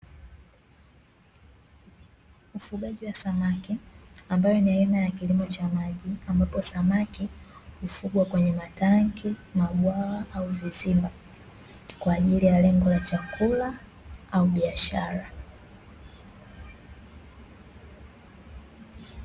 Ufugaji wa samaki ambayo ni aina ya kilimo cha maji ambapo samaki hufugwa kwenye matanki, mabwawa au visima kwa ajili ya lengo la chakula au biashara.